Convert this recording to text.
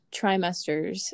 trimesters